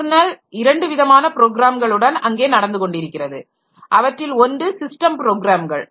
kernel இரண்டு விதமான ப்ரோக்ராம்களுடன் அங்கே நடந்துகொண்டிருக்கிறது அவற்றில் ஒன்று ஸிஸ்டம் ப்ரோக்ராம்கள்